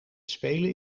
spelen